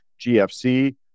GFC